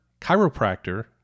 chiropractor